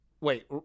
Wait